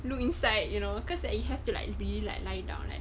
look inside you know cause that you have to like really lie down like